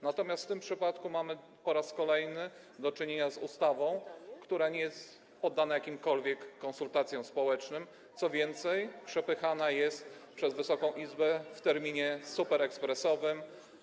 Natomiast w tym przypadku mamy po raz kolejny do czynienia z ustawą, która nie jest poddana jakimkolwiek konsultacjom społecznym, co więcej, przepychana jest przez Wysoką Izbę w terminie superekspresowym.